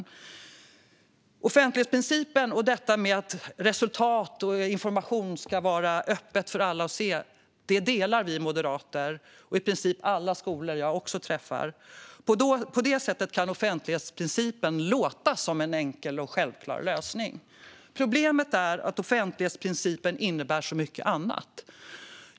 Synen på offentlighetsprincipen och detta med att resultat och information ska vara öppna för alla att se delar vi moderater och i princip också skolrepresentanter jag träffar. På det sättet kan offentlighetsprincipen låta som en enkel och självklar lösning. Problemet är att offentlighetsprincipen innebär så mycket annat.